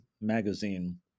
magazine